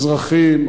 אזרחים,